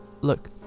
look